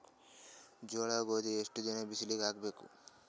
ಜೋಳ ಗೋಧಿ ಎಷ್ಟ ದಿನ ಬಿಸಿಲಿಗೆ ಹಾಕ್ಬೇಕು?